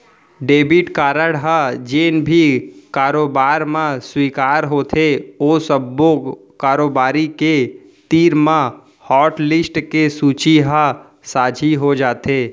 debit card ह जेन भी कारोबार म स्वीकार होथे ओ सब्बो कारोबारी के तीर म हाटलिस्ट के सूची ह साझी हो जाथे